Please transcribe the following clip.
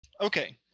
Okay